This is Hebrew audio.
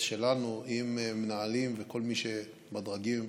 שלנו עם מנהלים וכל מי שבדרגי הביניים,